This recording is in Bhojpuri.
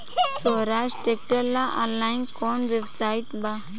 सोहराज ट्रैक्टर ला ऑनलाइन कोउन वेबसाइट बा?